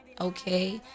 okay